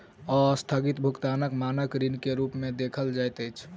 अस्थगित भुगतानक मानक ऋण के रूप में देखल जाइत अछि